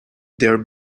their